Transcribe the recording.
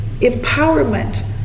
empowerment